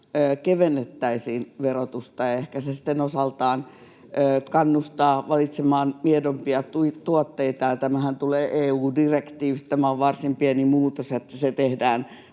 kevennettäisiin verotusta. Se ehkä sitten osaltaan kannustaa valitsemaan miedompia tuotteita. Tämä tulee EU-direktiivistä ja on varsin pieni muutos, ja se tehdään